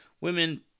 women